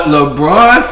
LeBron